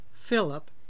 Philip